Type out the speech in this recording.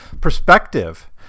perspective